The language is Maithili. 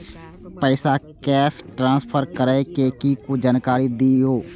पैसा कैश ट्रांसफर करऐ कि कुछ जानकारी द दिअ